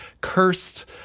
cursed